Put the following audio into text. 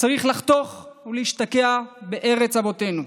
צריך לחתוך ולהשתקע בארץ אבותינו.